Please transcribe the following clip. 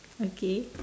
okay